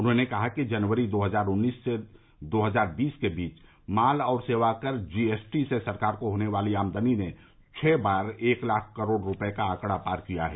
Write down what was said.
उन्होंने कहा कि जनवरी दो हजार उन्नीस से दो हजार बीस के बीच माल और सेवाकर जीएसटी से सरकार को होने वाली आमदनी ने छह बार एक लाख करोड़ रूपये का आंकड़ा पार किया है